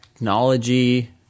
Technology